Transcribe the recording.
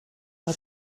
but